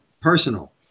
personal